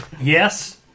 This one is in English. Yes